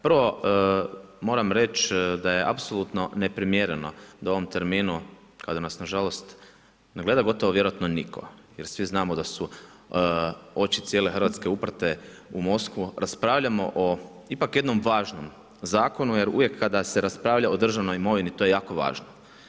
Prvo moram reći da je apsolutno neprimjereno da u ovom terminu kada nas nažalost ne gleda gotovo vjerojatno nitko jer svi znamo da su oči cijele Hrvatske uprte u Moskvu, raspravljamo o ipak jednom važnom zakonu jer uvijek kada se raspravlja o državnom imovini to je jako važno.